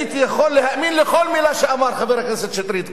הייתי יכול להאמין לכל מלה שאמר חבר הכנסת שטרית כאן.